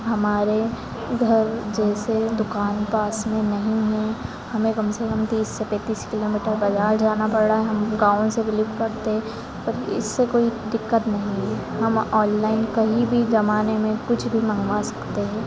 हमारे घर जैसे दुकान पास में नहीं है हमें कम से कम तीस से पैंतीस किलोमीटर बाजार जाना पड़ रहा है हम गाँव से बीलीव करते हैं पर इससे कोई दिक्कत नहीं होगी हम ओनलाइन कहीं भी जमाने में कुछ भी मंगवा सकते हैं